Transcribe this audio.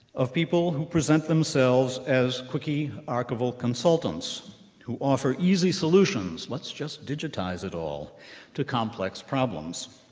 of people who present themselves as quicky archival consultants who offer easy solutions let's just digitize it all to complex problems.